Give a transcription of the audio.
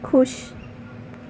ਖੁਸ਼